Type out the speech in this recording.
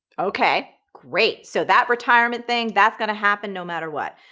okay, great. so that retirement thing, that's gonna happen no matter what.